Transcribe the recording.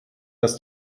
dass